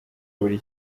buri